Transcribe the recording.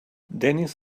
dennis